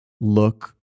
look